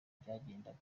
byagendaga